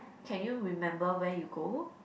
can you remember where you go